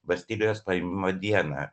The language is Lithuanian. bastilijos paėmimo dieną